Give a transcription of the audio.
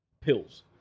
pills